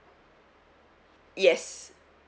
yes